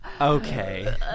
Okay